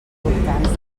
voltants